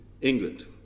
England